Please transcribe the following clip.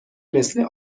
مثل